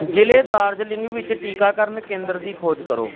ਜ਼ਿਲ੍ਹੇ ਦਾਰਜੀਲਿੰਗ ਵਿੱਚ ਟੀਕਾਕਰਨ ਕੇਂਦਰ ਦੀ ਖੋਜ ਕਰੋ